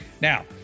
Now